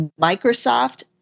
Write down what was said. Microsoft